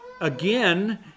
again